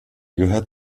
gehört